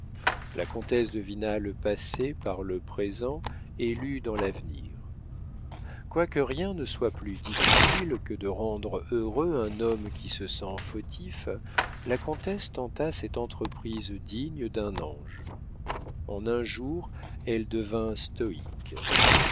la comtesse devina le passé par le présent et lut dans l'avenir quoique rien ne soit plus difficile que de rendre heureux un homme qui se sent fautif la comtesse tenta cette entreprise digne d'un ange en un jour elle devint stoïque